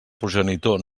progenitor